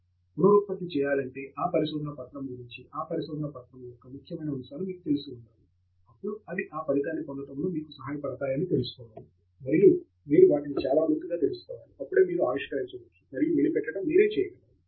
professor Andrew Thangaraj పునరుత్పత్తి చేయాలంటే ఆ పరిశోధనా పత్రము గురించి ఆ పరిశోధనా పత్రము యొక్క ముఖ్యమైన అంశాలు మీకు తెలిసి ఉండాలి అప్పుడు అవి ఆ ఫలితాన్ని పొందడంలో మీకు సహాయపడతాయని తెలుసుకోవాలి మరియు మీరు వాటిని చాలా లోతుగా తెలుసుకోవాలి అప్పుడే మీరు ఆవిష్కరించవచ్చు మరియు మెలిపెట్టడం మీరు చేయగలరు